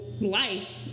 life